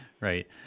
right